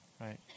right